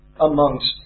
amongst